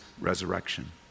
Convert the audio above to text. resurrection